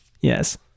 yes